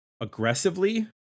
aggressively